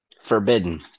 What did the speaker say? Forbidden